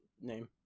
name